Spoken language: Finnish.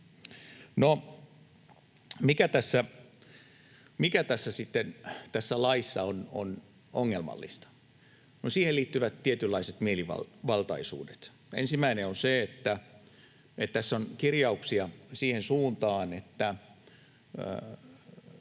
sitten tässä laissa on ongelmallista? No siihen liittyvät tietynlaiset mielivaltaisuudet. Ensimmäinen on se, että tässä on kirjauksia siihen suuntaan, että